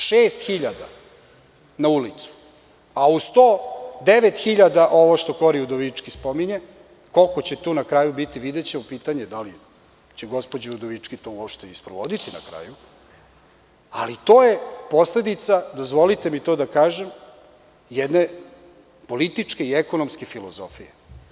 Šest hiljada na ulicu, a uz to devet hiljada, ovo što Kori Udovički spominje, koliko će to na kraju biti, videćemo, pitanje je da li će gospođa Udovički to uopšte i sprovoditi na kraju, ali, to je posledica, dozvolite mi to da kažem jedne političke i ekonomske filozofije.